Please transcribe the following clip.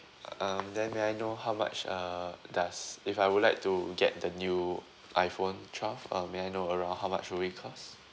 um then may I know how much uh does if I would like to get the new iPhone twelve um may I know around how much will it cost